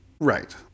Right